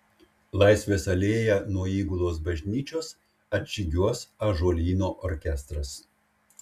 laisvės alėja nuo įgulos bažnyčios atžygiuos ąžuolyno orkestras